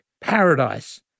paradise